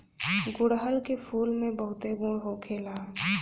गुड़हल के फूल में बहुते गुण होखेला